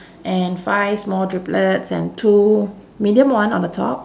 and five small driblets and two medium one on the top